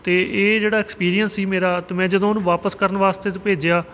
ਅਤੇ ਇਹ ਜਿਹੜਾ ਐਕਸਪੀਰੀਅੰਸ ਸੀ ਮੇਰਾ ਤਾਂ ਮੈਂ ਜਦੋਂ ਉਹਨੂੰ ਵਾਪਿਸ ਕਰਨ ਵਾਸਤੇ ਤ ਭੇਜਿਆ